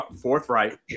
forthright